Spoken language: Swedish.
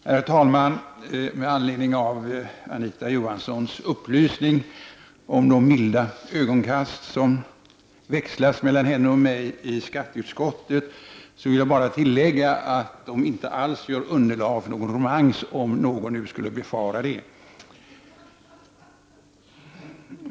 Herr talman! Med anledning av Anita Johanssons upplysning om de milda ögonkast som växlas mellan henne och mig i skatteutskottet vill jag bara tilllägga att de inte alls utgör underlag för någon romans, om någon nu skulle befara det.